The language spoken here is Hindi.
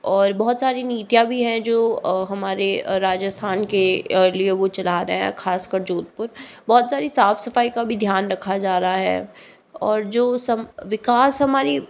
और बहुत सारी नीतियाँ भी हैं जो हमारे राजस्थान के लिए वो चला रहे हैं खासकर जोधपुर बहुत सारी साफ़ सफ़ाई का भी ध्यान रखा जा रहा है और जो सम विकास हमारी